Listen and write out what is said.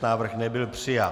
Návrh nebyl přijat.